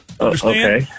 Okay